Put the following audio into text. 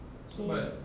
okay